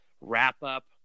wrap-up